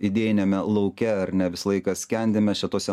idėjiniame lauke ar ne visą laiką skendim mes čia tose